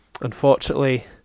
unfortunately